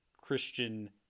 Christian